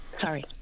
Sorry